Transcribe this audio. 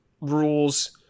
rules